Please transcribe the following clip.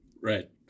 right